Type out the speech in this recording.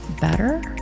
better